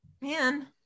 man